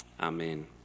Amen